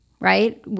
right